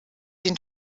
den